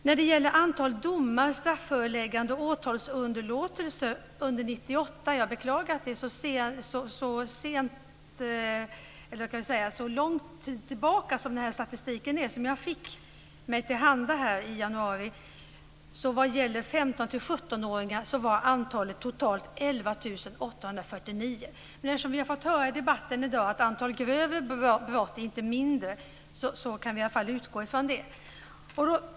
När det gäller antalet domar, strafföreläggande och åtalsunderlåtelse under 1998 - jag beklagar att den statistik som jag fick mig tillhanda i januari är från så lång tid tillbaka - var antalet för de i åldern 15-17 totalt 11 849. Eftersom vi i debatten i dag fått höra att antalet grövre brott inte är färre kan vi i varje fall utgå från det.